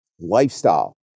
lifestyle